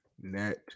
net